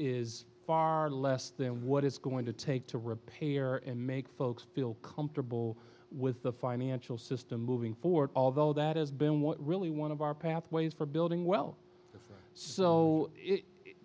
is far less than what it's going to take to repair and make folks feel comfortable with the financial system moving forward although that is really one of our pathways for building well so